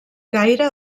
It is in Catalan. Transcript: gaire